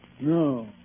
No